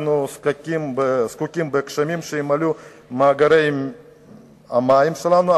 אנחנו זקוקים לגשמים שימלאו את מאגרי המים שלנו,